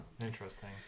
Interesting